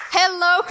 hello